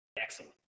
Excellent